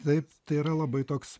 taip tai yra labai toks